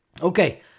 Okay